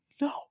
No